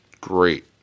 Great